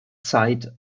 zeit